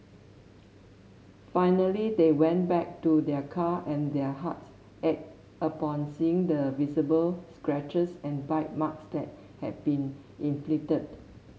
finally they went back to their car and their hearts ached upon seeing the visible scratches and bite marks that had been inflicted